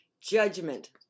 Judgment